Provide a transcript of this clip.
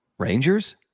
Rangers